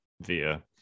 via